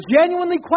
genuinely